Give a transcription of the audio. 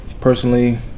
personally